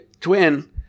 twin